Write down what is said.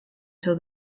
till